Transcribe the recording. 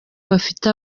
bafite